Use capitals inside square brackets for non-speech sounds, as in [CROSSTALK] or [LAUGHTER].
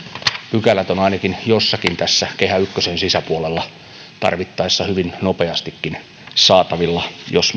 pykälät ovat ainakin jossakin tässä kehä ykkösen sisäpuolella tarvittaessa hyvin nopeastikin saatavilla jos [UNINTELLIGIBLE]